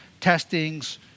testings